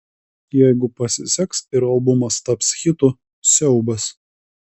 jeigu pasiseks ir albumas taps hitu siaubas